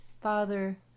Father